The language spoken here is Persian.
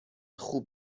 خوب